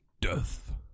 Death